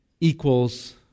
equals